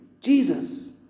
Jesus